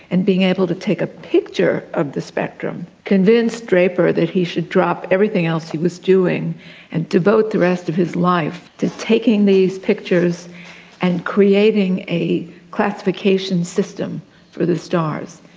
and being able to take a picture of the spectrum convinced draper that he should drop everything else he was doing and devote the rest of his life to taking these pictures and creating a classification system for the stars.